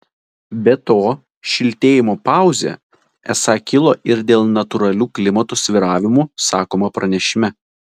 be to šiltėjimo pauzė esą kilo ir dėl natūralių klimato svyravimų sakoma pranešime